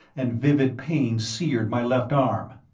and vivid pain seared my left arm.